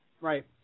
Right